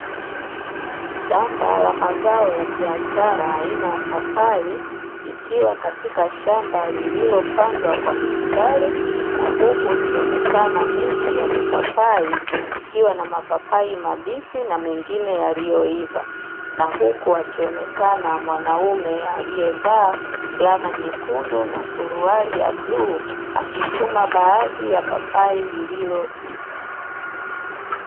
Shamba la mazao ya biashara aina ya papai ikiwa katika shamba lililopandwa kwa mistari na huku ikionekana miti ya mipapai ikiwa na mapapai mabichi na mengine yaliyoiva na huku akionekana mwanaume akiyevaa fulana nyekundu na suruali ya bluu akichuma baadhi ya papai lililoiva.